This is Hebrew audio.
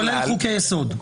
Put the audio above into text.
כולל חוקי יסוד.